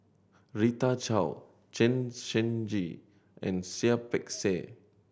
Rita Chao Chen Shiji and Seah Peck Seah